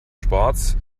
sports